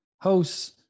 hosts